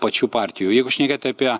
pačių partijų o jeigu šnekėt apie